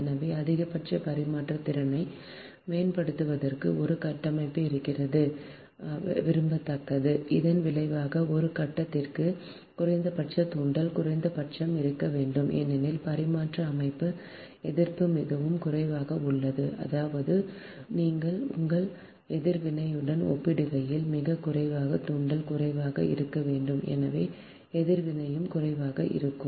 எனவே அதிகபட்ச பரிமாற்றத் திறனை மேம்படுத்துவதற்கு ஒரு கட்டமைப்பு இருப்பது விரும்பத்தக்கது இதன் விளைவாக ஒரு கட்டத்திற்கு குறைந்தபட்ச தூண்டல் குறைந்தபட்சம் இருக்க வேண்டும் ஏனெனில் பரிமாற்ற அமைப்பு எதிர்ப்பு மிகவும் குறைவாக உள்ளது அதாவது உங்கள் எதிர்வினையுடன் ஒப்பிடுகையில் மிகக் குறைவு தூண்டல் குறைவாக இருக்க வேண்டும் எனவே எதிர்வினையும் குறைவாக இருக்கும்